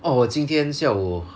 orh 我今天下午